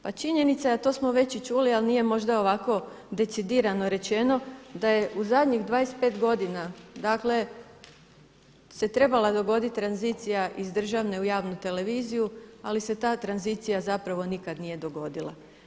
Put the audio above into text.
Pa činjenica je, a to smo već i čuli, ali nije možda ovako decidirano rečeno da je u zadnjih 25 godina dakle se trebala dogoditi tranzicija iz državne u javnu televiziju, ali se ta tranzicija zapravo nije nikada dogodila.